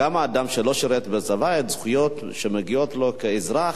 גם אדם שלא שירת בצבא, זכויות שמגיעות לו כאזרח,